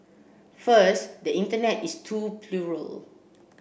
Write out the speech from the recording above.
first the Internet is too plural